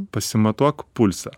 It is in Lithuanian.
pasimatuok pulsą